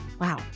Wow